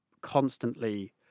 constantly